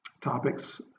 topics